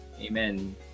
Amen